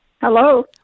Hello